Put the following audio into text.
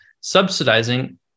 subsidizing